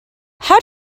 how